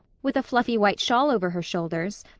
with a fluffy white shawl over her shoulders,